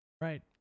Right